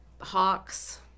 hawks